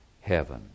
heaven